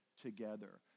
together